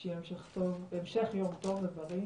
שיהיה המשך יום טוב ובריא,